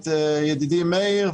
את ידידי מאיר,